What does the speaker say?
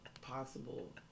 possible